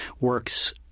works